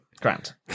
Grant